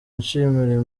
nshimira